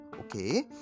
Okay